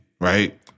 right